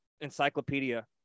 encyclopedia